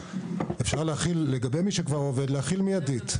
אפשר לגבי מי שכבר עובד להחיל מיידית,